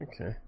Okay